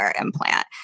implant